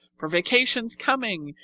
for vacation's coming,